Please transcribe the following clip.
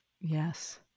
Yes